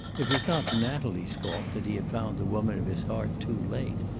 it was not natalie's fault that he had found the woman of his heart too late.